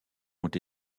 ont